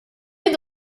est